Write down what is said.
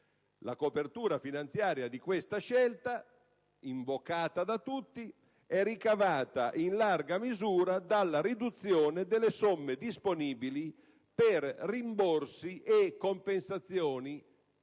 La copertura finanziaria di questa scelta invocata da tutti è ricavata in larga misura dalla riduzione delle somme disponibili per rimborsi e compensazioni,